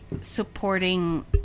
supporting